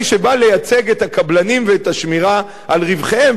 שבא לייצג את הקבלנים ואת השמירה על רווחיהם,